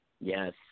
Yes